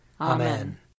Amen